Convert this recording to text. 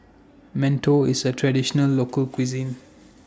mantou IS A Traditional Local Cuisine